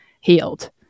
healed